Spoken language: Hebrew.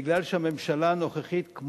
בגלל שהממשלה הנוכחית,